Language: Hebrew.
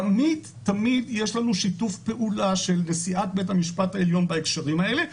ותמיד-תמיד יש לנו שיתוף פעולה של נשיאת בית המשפט העליון בהקשרים האלה.